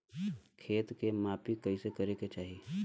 खेत के माफ़ी कईसे करें के चाही?